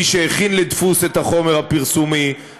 מי שהכין לדפוס את החומר הפרסומי,